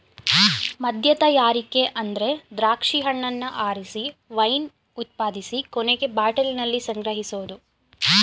ಮದ್ಯತಯಾರಿಕೆ ಅಂದ್ರೆ ದ್ರಾಕ್ಷಿ ಹಣ್ಣನ್ನ ಆರಿಸಿ ವೈನ್ ಉತ್ಪಾದಿಸಿ ಕೊನೆಗೆ ಬಾಟಲಿಯಲ್ಲಿ ಸಂಗ್ರಹಿಸೋದು